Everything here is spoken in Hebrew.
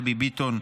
דבי ביטון,